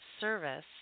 service